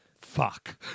fuck